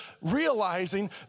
realizing